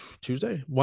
Tuesday